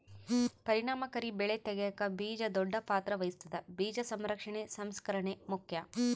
ಪರಿಣಾಮಕಾರಿ ಬೆಳೆ ತೆಗ್ಯಾಕ ಬೀಜ ದೊಡ್ಡ ಪಾತ್ರ ವಹಿಸ್ತದ ಬೀಜ ಸಂರಕ್ಷಣೆ ಸಂಸ್ಕರಣೆ ಮುಖ್ಯ